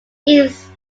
east